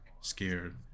scared